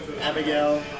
Abigail